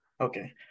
Okay